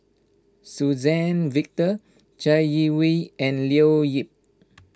Suzann Victor Chai Yee Wei and Leo Yip